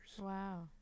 Wow